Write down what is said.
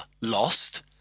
lost